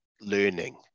learning